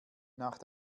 nach